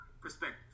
perspective